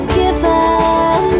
given